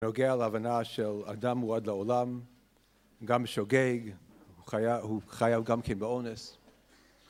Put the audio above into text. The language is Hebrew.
נוגע להבנה של "אדם מועד לעולם", גם שוגג, הוא חייב... הוא חייב גם כן מאונס.